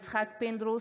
יצחק פינדרוס,